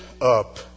up